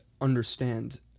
understand